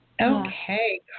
Okay